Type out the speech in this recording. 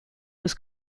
was